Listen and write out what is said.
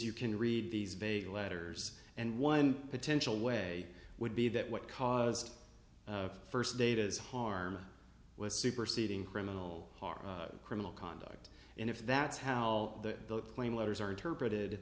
you can read these vague letters and one potential way would be that what caused the first data is harm was superseding criminal criminal conduct and if that's how the plane letters are interpreted